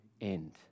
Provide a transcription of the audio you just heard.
end